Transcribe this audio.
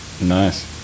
nice